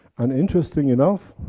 and interestingly enough,